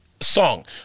song